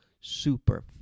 super